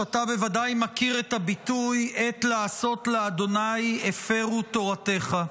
אתה בוודאי מכיר את הביטוי "עת לעשות לה' הפרו תורתך".